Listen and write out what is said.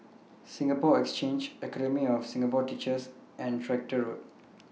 Singapore Exchange Academy of Singapore Teachers and Tractor Road